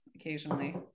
occasionally